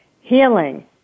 healing